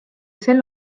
sel